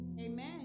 Amen